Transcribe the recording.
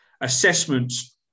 assessments